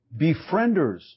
Befrienders